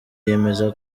yemeza